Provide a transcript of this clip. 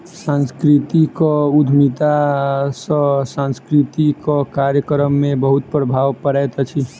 सांस्कृतिक उद्यमिता सॅ सांस्कृतिक कार्यक्रम में बहुत प्रभाव पड़ैत अछि